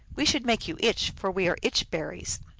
we should make you itch, for we are itch-berries.